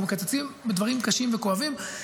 אנחנו מקצצים בדברים קשים וכואבים.